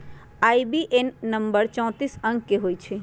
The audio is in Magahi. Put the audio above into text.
आई.बी.ए.एन नंबर चौतीस अंक के होइ छइ